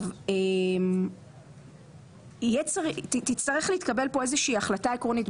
עכשיו, תצטרך להתקבל פה איזושהי החלטה עקרונית.